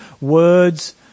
words